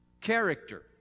character